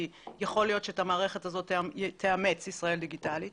יכול להיות שאת המערכת הזאת תאמץ ישראל דיגיטלית,